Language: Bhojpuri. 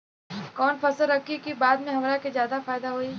कवन फसल रखी कि बाद में हमरा के ज्यादा फायदा होयी?